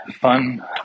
fun